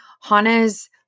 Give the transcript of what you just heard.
Hana's